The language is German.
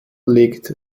legt